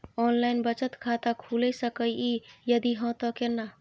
Online बचत खाता खुलै सकै इ, यदि हाँ त केना?